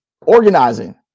organizing